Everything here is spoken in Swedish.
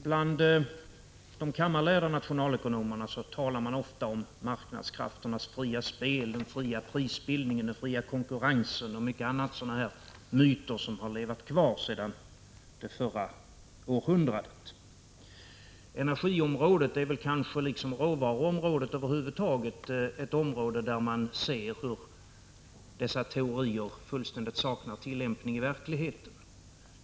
Bland de kammarlärda nationalekonomerna talas ofta om marknadskrafternas fria spel, den fria prisbildningen, den fria konkurrensen och många andra myter som har levat kvar sedan förra århundradet. Energiområdet är, liksom råvaruområdet över huvud taget, ett område där man lätt ser hur dessa teorier fullständigt saknar tillämpning i verkligheten.